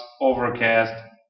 Overcast